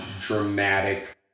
dramatic